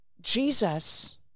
Jesus